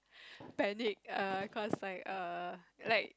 panic err cause like err like